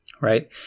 right